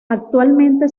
actualmente